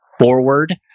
forward